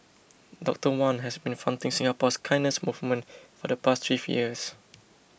Doctor Wan has been fronting Singapore's kindness movement for the past three years